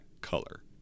color